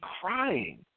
crying